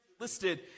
listed